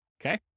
Okay